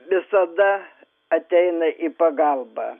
visada ateina į pagalbą